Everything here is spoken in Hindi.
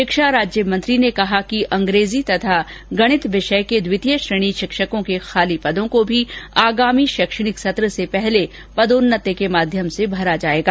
शिक्षा राज्य मंत्री ने कहा कि अंग्रेजी तथा गणित विषय के द्वितीय श्रेणी शिक्षकों के खाली पदों को भी आगामी शैक्षणिक सत्र से पहले पदोन्नतति के माध्यम से भरा जायेगा